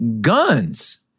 guns